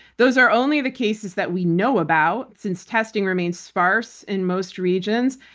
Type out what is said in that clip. those are only the cases that we know about since testing remains sparse in most regions.